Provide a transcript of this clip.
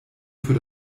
für